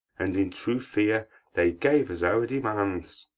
and in true fear they gave us our demands